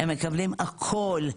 הם מקבלים הכול,